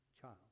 child